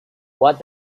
what